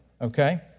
okay